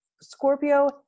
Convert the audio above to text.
Scorpio